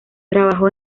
trabajó